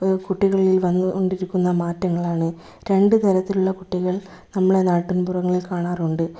ഇപ്പോൾ കുട്ടികളിൽ വന്നുകൊണ്ടിരിക്കുന്ന മാറ്റങ്ങളാണ് രണ്ടു തരത്തിലുള്ള കുട്ടികൾ നമ്മളെ നാട്ടിൻപുറങ്ങളിൽ കാണാറുണ്ട്